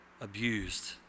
abused